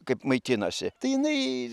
kaip maitinasi tai jinai